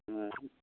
হ্যাঁ